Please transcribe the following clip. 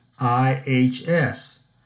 IHS